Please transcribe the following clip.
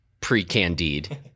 pre-Candide